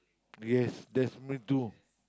yes that's me too